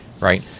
right